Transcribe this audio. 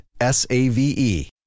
S-A-V-E